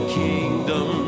kingdom